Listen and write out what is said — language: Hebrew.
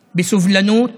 בסובלנות,